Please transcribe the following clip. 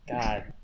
God